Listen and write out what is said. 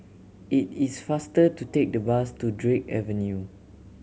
it is faster to take the bus to Drake Avenue